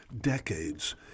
decades